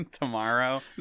tomorrow